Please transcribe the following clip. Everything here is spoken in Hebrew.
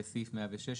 וסעיף 116,